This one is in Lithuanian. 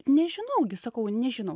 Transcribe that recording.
nežinau sakau nežinau